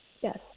Yes